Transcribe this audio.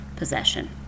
possession